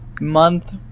month